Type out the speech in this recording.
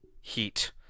Heat